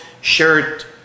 shirt